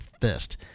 fist